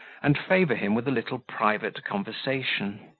and favour him with a little private conversation.